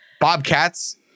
Bobcats